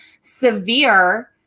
severe